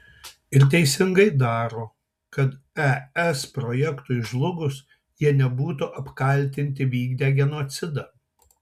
ir teisingai daro kad es projektui žlugus jie nebūtų apkaltinti vykdę genocidą